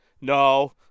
No